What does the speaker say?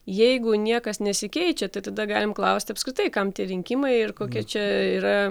jeigu niekas nesikeičia tai tada galim klaust apskritai kam tie rinkimai ir kokia čia yra